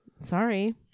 Sorry